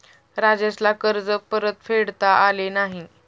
राजेशला कर्ज परतफेडता आले नाही